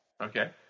Okay